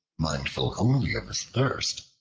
mindful only of his thirst,